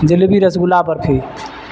jalebi rasgulla barfi